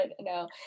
no